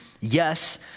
Yes